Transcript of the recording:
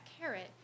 carrot